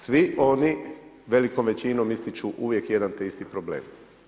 Svi oni velikom većinom ističu uvijek jedan te isti problem.